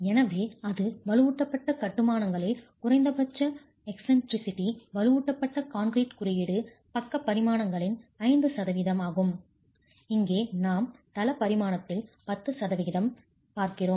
எனவே அது வலுவூட்டப்பட்ட கட்டுமானங்களில் குறைந்தபட்ச eccentricity மைய பிறழ்ச்சியானது வலுவூட்டப்பட்ட கான்கிரீட் குறியீடு பக்க பரிமாணங்களில் 5 சதவிகிதம் இங்கே நாம் தள பரிமாணத்தில் 10 சதவிகிதம் பார்க்கிறோம்